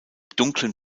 dunklen